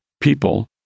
people